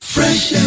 Fresh